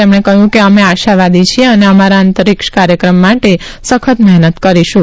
તેમણે કહયું કે અમે આશાવાદી છીએઅને અમારા અંતરિક્ષ કાર્યક્રમ માટે સખત મહેનત કરીશું